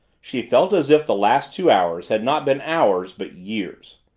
she felt as if the last two hours had not been hours but years.